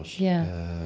yeah,